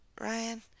Ryan